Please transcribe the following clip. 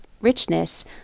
richness